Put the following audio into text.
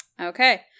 Okay